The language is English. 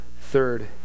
third